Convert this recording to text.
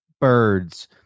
birds